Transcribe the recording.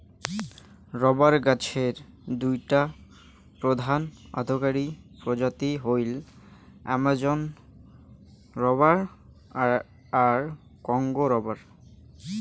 rubber গছের দুইটা প্রধান অর্থকরী প্রজাতি হইল অ্যামাজোন রবার আর কংগো রবার